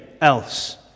else